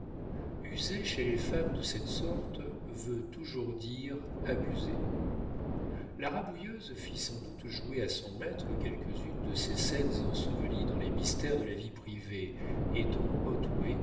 user chez les femmes de cette sorte veut toujours dire abuser la rabouilleuse fit sans doute jouer à son maître quelques-unes de ces scènes ensevelies dans les mystères de la vie privée et dont otway a